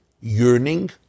yearning